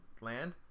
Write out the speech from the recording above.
land